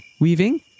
weaving